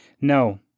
No